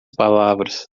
palavras